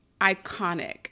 iconic